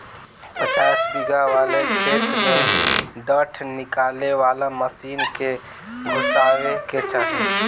पचासन बिगहा वाले खेत में डाँठ निकाले वाला मशीन के घुसावे के चाही